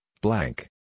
blank